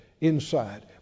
inside